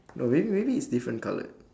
no maybe maybe is different coloured